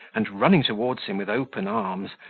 and, running towards him with open arms,